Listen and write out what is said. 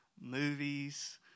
movies